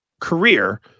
career